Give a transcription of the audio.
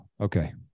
okay